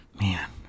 Man